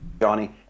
Johnny